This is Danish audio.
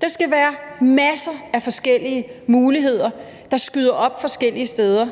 Der skal være masser af forskellige muligheder, der skyder op forskellige steder,